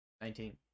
Nineteen